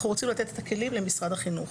אנחנו רוצים לתת כלים למשרד החינוך.